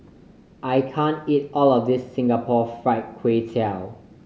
I can't eat all of this Singapore Fried Kway Tiao